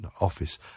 office